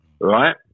Right